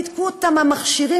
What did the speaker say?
ניתקו אותם מהמכשירים.